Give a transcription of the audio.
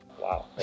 wow